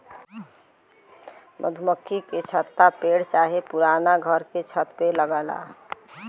मधुमक्खी के छत्ता पेड़ चाहे पुराना घर के छत में लगला